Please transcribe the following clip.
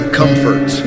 comfort